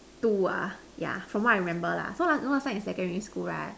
two ah yeah from what I remember lah so so last time in secondary school right